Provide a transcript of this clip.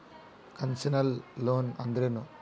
Concessional loan ಅಂದ್ರೇನು?